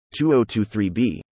2023b